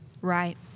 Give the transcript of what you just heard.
right